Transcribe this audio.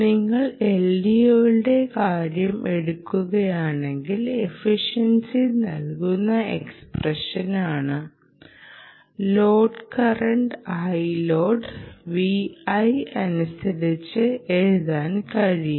നിങ്ങൾ LDOയുടെ കാര്യം എടുക്കുകയാണെങ്കിൽ എഫിഷൻസി നൽകുന്നത് എക്സ്പ്രഷനാണ് ലോഡ് കറന്റ് iload Vi അനുസരിച്ച് എഴുതാൻ കഴിയും